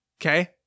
Okay